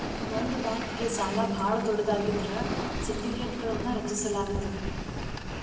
ಒಂದ ಬ್ಯಾಂಕ್ಗೆ ಸಾಲ ಭಾಳ ದೊಡ್ಡದಾಗಿದ್ರ ಸಿಂಡಿಕೇಟ್ಗಳನ್ನು ರಚಿಸಲಾಗುತ್ತದೆ